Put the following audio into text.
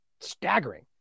staggering